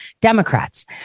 Democrats